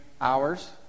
hours